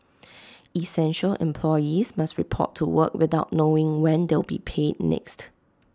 essential employees must report to work without knowing when they'll be paid next